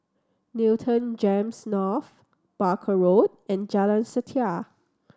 Newton GEMS North Barker Road and Jalan Setia